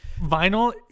vinyl